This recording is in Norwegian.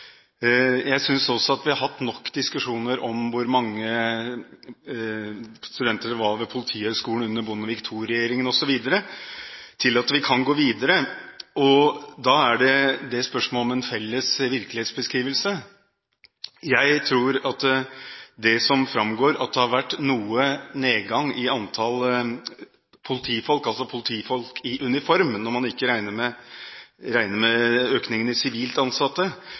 Jeg synes også at vi har hatt nok diskusjoner om hvor mange studenter det var ved Politihøgskolen under Bondevik II-regjeringen, osv., til at vi kan gå videre. Da er spørsmålet om vi har en felles virkelighetsbeskrivelse. Jeg tror det er en felles bekymring rundt det som framgår, nemlig at det har vært noe nedgang i antall politifolk, altså politifolk i uniform, når man ikke regner med økningen i sivilt ansatte.